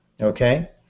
okay